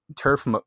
turf